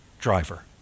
driver